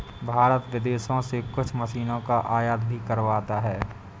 भारत विदेशों से कुछ मशीनों का आयात भी करवाता हैं